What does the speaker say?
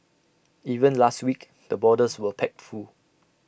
even last week the borders were packed full